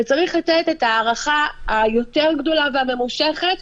וצריך לתת את ההארכה היותר גדולה וממושכת,